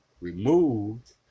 removed